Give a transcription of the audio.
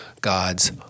God's